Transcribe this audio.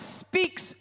speaks